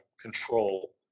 control